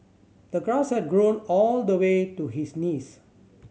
the grass had grown all the way to his knees